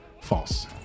False